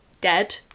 dead